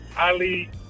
Ali